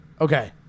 Okay